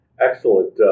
Excellent